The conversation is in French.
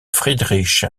friedrich